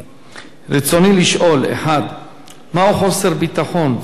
רצוני לשאול: 1. מה הוא "חוסר ביטחון תזונתי"?